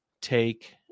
take